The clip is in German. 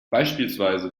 beispielsweise